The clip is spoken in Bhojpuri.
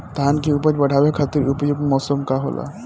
धान के उपज बढ़ावे खातिर उपयुक्त मौसम का होला?